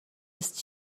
ist